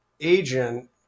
agent